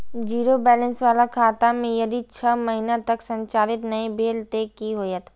Zero balance बाला खाता में यदि छः महीना तक संचालित नहीं भेल ते कि होयत?